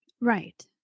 Right